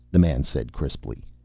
the man said crisply.